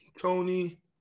Tony